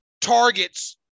targets